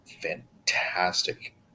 fantastic